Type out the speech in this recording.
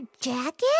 jacket